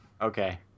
Okay